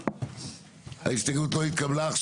ההסתייגות לא התקבלה.